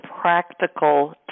practical